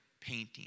painting